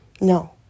no